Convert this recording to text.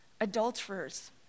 Adulterers